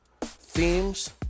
themes